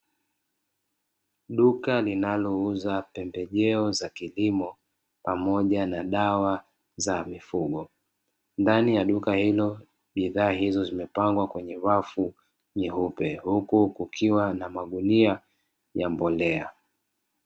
Duka linalouza pembejeo za kilimo pamoja na dawa za mifugo, ndani ya duka hilo bidhaa zimepangwa kwenye rafu nyeupe, huku kukiwa na magunia ya mbolea.